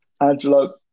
Angelo